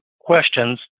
questions